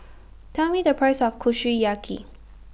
Tell Me The Price of Kushiyaki